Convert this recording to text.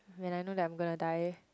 when I know that I'm gonna die